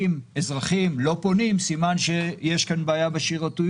אם אזרחים לא פונים, סימן שיש כאן בעיה בשירותיות.